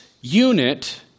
unit